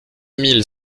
mille